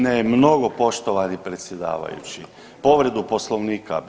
Ne, mnogo poštovani predsjedavajući povredu Poslovnika bi.